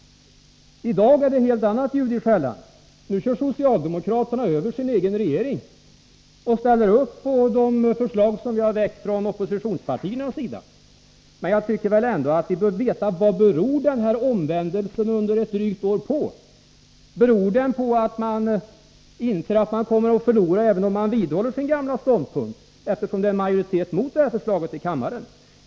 I dag är det ett helt annat ljud i skällan. Nu kör socialdemokraterna över sin egen regering och ställer upp på de förslag som vi från oppositionspartiernas sida har väckt. Men jag tycker ändå att vi bör få veta vad den här omvändelsen under ett drygt år beror på. Beror den på att man inser att man kommer att förlora även om man vidhåller sin gamla ståndpunkt, eftersom det är en majoritet emot det här förslaget i kammaren?